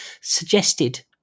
suggested